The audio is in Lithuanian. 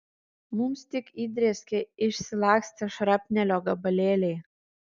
mums tik įdrėskė išsilakstę šrapnelio gabalėliai